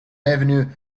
avenue